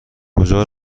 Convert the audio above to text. کجا